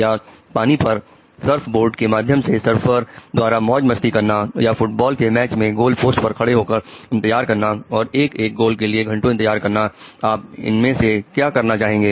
या पानी पर सर्फ बोर्ड के माध्यम से सर्फर द्वारा मौज मस्ती करना या फुटबॉल के मैच में गोल पोस्ट पर खड़े होकर इंतजार करना और एक एक गोल के लिए घंटों इंतजार करना आप इनमें से क्या करना चाहेंगे